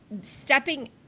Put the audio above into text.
stepping